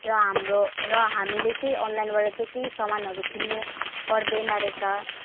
र हाम्रो र हामीले चाहिँ अनलाइनबाट चाहिँ केही सामानहरू किन्नु पर्दैन रहेछ